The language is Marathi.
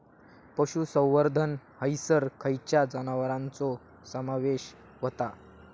पशुसंवर्धन हैसर खैयच्या जनावरांचो समावेश व्हता?